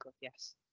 yes